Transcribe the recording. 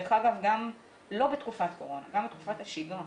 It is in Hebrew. דרך אגב, גם לא בתקופת קורונה אלא גם בתקופת שגרה,